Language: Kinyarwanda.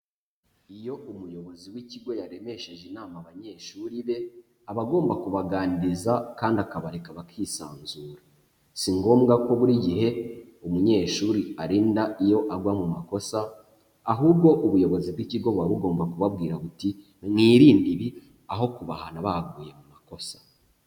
Iyo umuyobozi w'ikigo yaremesheje inama abanyeshuri be, aba agomba kubaganiriza kandi akabareka bakisanzura, si ngombwa ko buri gihe umunyeshuri arinda iyo agwa mu makosa, ahubwo ubuyobozi bw'ikigo buba bugomba kubabwira buti ni mwirinde ibi, aho kubahana baguye mu makosa.